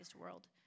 world